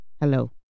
Hello